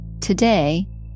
Today